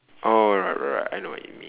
oh right right I know what you mean